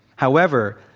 however,